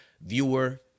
viewer